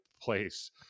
place